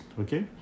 okay